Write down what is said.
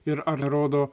ir ar nerodo